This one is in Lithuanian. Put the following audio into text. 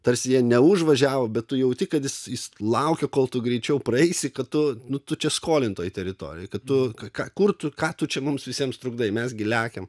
tarsi jie neužvažiavo bet tu jauti kad jis jis laukia kol tu greičiau praeisi kad tu nu tu čia skolintoj teritorijoj kad tu ką kur tu ką tu čia mums visiems trukdai mes gi lekiam